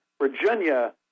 Virginia